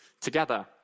together